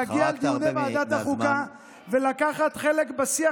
להגיע לדיוני ועדת החוקה ולקחת חלק בשיח